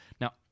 Now